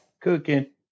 cooking